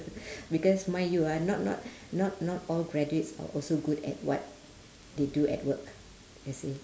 because mind you ah not not not not all graduates are also good at what they do at work you see